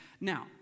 Now